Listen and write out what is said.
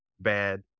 bad